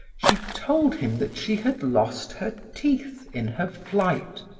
she told him that she had lost her teeth in her flight.